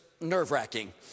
nerve-wracking